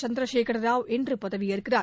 சந்திரசேகர ராவ் இன்று பதவியேற்கிறார்